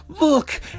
Look